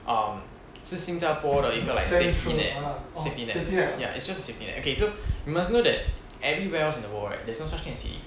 um 是新加坡的一个 like city net city net ya it's just city net okay so you must know that everywhere else in the world right there's no such thing as C_D_P